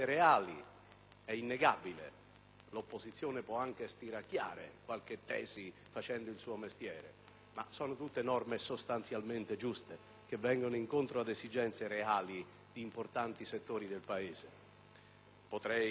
è innegabile. L'opposizione può anche stiracchiare qualche tesi facendo il suo mestiere, ma sono tutte norme sostanzialmente giuste che vengono incontro ad esigenze reali di importanti settori del Paese.